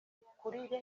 mikurire